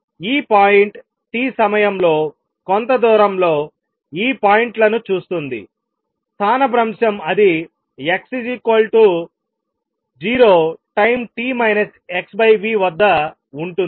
ఈ point t సమయంలో కొంత దూరంలో ఈ పాయింట్లను చూస్తుంది స్థానభ్రంశం అది x 0 టైం t - xv వద్ద ఉంటుంది